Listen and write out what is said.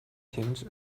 停止